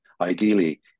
ideally